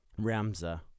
Ramza